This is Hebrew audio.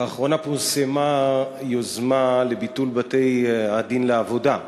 לאחרונה פורסמה יוזמה לביטול בתי-הדין לעבודה.